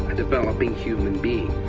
developing human being.